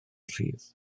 rhydd